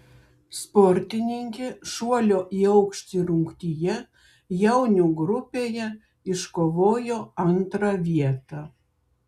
sportininkė šuolio į aukštį rungtyje jaunių grupėje iškovojo antrą vietą